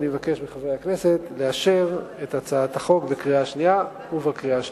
ואני מבקש מחברי הכנסת לאשר את הצעת החוק בקריאה שנייה ובקריאה שלישית.